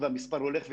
והמספר הולך ויורד.